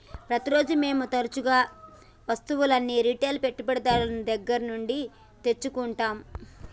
ప్రతిరోజూ మేము తరుచూ వస్తువులను రిటైల్ పెట్టుబడిదారుని దగ్గర నుండి తెచ్చుకుంటం